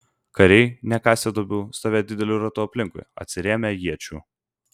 kariai nekasę duobių stovėjo dideliu ratu aplinkui atsirėmę iečių